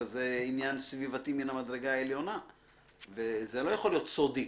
הרי זה עניין סביבתי מן המדרגה העליונה וזה לא יכול להיות סודי.